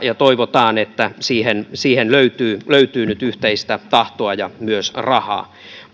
ja toivotaan että siihen siihen löytyy löytyy nyt yhteistä tahtoa ja myös rahaa myös